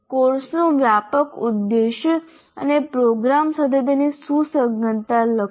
કોર્સનો વ્યાપક ઉદ્દેશ અને પ્રોગ્રામ સાથે તેની સુસંગતતા લખો